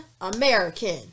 American